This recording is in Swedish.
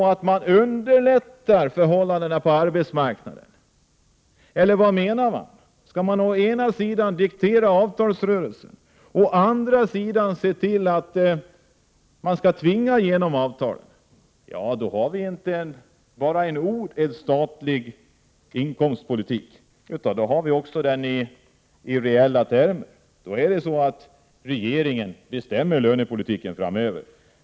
Vill man underlätta förhållandena på arbetsmarknaden eller vad menar man? Skall man både diktera avtalsrörelsen och tvinga igenom avtalen? Då har vi en inte bara i ord statlig inkomstpolitik utan då finns den också i reella termer. Då kommer regeringen att bestämma lönepolitiken framöver.